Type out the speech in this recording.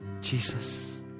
Jesus